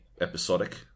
episodic